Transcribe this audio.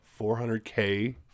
400K